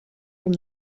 from